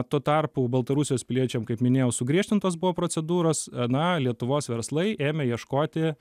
tuo tarpu baltarusijos piliečiam kaip minėjau sugriežtintos buvo procedūros na lietuvos verslai ėmė ieškoti